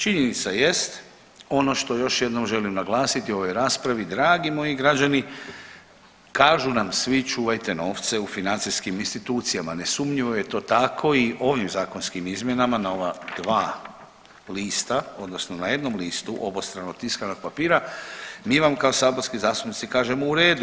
Činjenica jest ono što još jednom želim naglasiti u ovoj raspravi dragi moji građani kažu nam svi čuvajte novce u financijskim institucijama, nesumnjivo je to tako i ovim zakonskim izmjenama na ova dva lista, odnosno na jednom listu obostrano tiskanog papira mi vam kao saborski zastupnici kažemo u redu.